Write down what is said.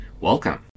Welcome